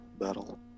battle